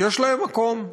יש להן מקום.